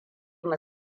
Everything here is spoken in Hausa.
mu